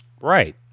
Right